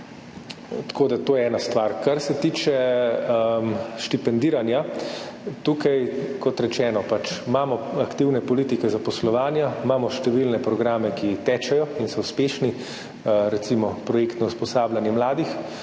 junija. To je ena stvar. Kar se tiče štipendiranja, tukaj kot rečeno, pač imamo aktivne politike zaposlovanja, imamo številne programe, ki tečejo in so uspešni, recimo projektno usposabljanje mladih.